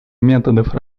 методов